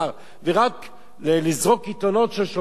ורק לזרוק קיתונות של שופכין,